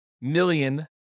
million